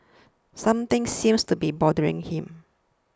something seems to be bothering him